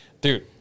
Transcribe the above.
dude